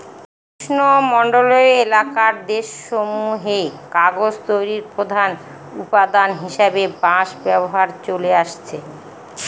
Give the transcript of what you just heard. উষ্ণমন্ডলীয় এলাকার দেশসমূহে কাগজ তৈরির প্রধান উপাদান হিসাবে বাঁশ ব্যবহার চলে আসছে